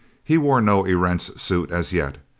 he wore no erentz suit as yet.